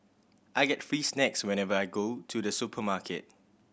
I get free snacks whenever I go to the supermarket